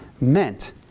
meant